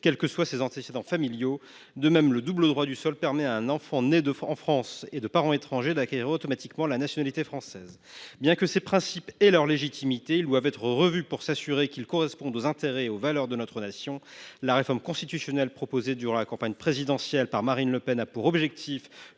quels que soient ses antécédents familiaux. De même, le double droit du sol permet à un enfant, né en France de parents étrangers, d’acquérir automatiquement la nationalité française. Bien que ces principes aient leur légitimité, ils doivent être revus pour s’assurer qu’ils correspondent aux intérêts et aux valeurs de notre nation. La réforme constitutionnelle proposée durant la campagne présidentielle par Marine Le Pen a pour objectif